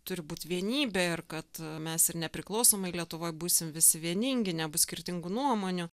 turi būt vienybė ir kad mes ir nepriklausomoj lietuvoj būsim visi vieningi nebus skirtingų nuomonių